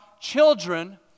children